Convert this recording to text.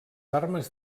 armes